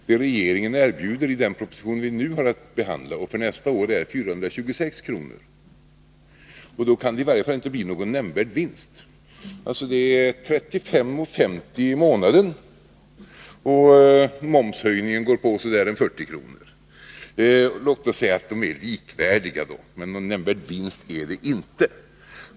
Vad regeringen erbjuder pensionärerna i den proposition som vi nu behandlar är för nästa år en höjning av pensionen med 426 kr. Det är 35:50 kr. i månaden. Låt oss säga att beloppen är likvärdiga — någon nämnvärd vinst är det i varje fall inte.